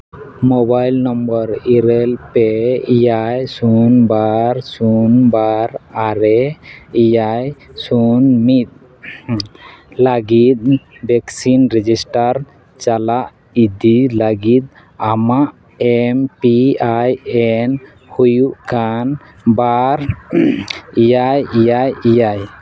mobile number ᱤᱨᱟᱹᱞ ᱯᱮ ᱮᱭᱟᱭ ᱥᱩᱱ ᱵᱟᱨ ᱥᱩᱱ ᱵᱟᱨ ᱟᱨᱮ ᱮᱭᱟᱭ ᱥᱩᱱ ᱢᱤᱫ ᱞᱟᱹᱜᱤᱫ ᱵᱷᱮᱠᱥᱤᱱ ᱨᱮᱡᱤᱥᱴᱟᱨ ᱪᱟᱞᱟᱜ ᱤᱫᱤ ᱞᱟᱹᱜᱤᱫ ᱠᱟᱱᱟ ᱟᱢᱟᱜ ᱮᱢ ᱯᱤ ᱟᱭ ᱮᱱ ᱦᱩᱭᱩᱜ ᱠᱟᱱ ᱵᱟᱨ ᱮᱭᱟᱭ ᱮᱭᱟᱭ ᱮᱭᱟᱭ